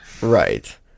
right